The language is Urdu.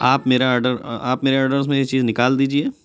آپ میرا آرڈر آپ میرے آرڈرز میں سے یہ چیز نکال دیجئے